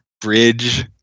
bridge